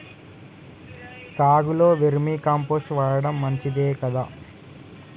సాగులో vermicompost వాడటం మంచిదే కదా?